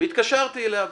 והתקשרתי אליו.